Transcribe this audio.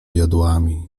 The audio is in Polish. jodłami